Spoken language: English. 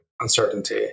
uncertainty